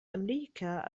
أمريكا